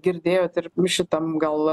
girdėjot ir šitam gal